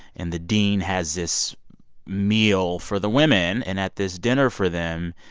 and the dean has this meal for the women, and at this dinner for them,